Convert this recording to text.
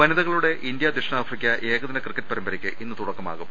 വനിതകളുടെ ഇന്തൃ ദക്ഷിണാഫ്രിക്ക ഏകദിന ക്രിക്കറ്റ് പരമ്പ രയ്ക്ക് ഇന്ന് തുടക്കമാകും